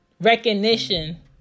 recognition